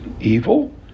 evil